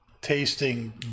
tasting